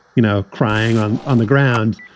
you know, crying on on the ground,